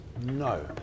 no